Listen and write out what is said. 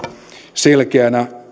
selkeänä